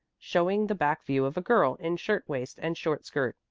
showing the back view of a girl in shirt-waist and short skirt,